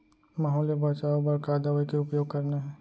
माहो ले बचाओ बर का दवई के उपयोग करना हे?